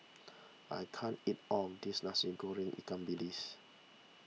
I can't eat all of this Nasi Goreng Ikan Bilis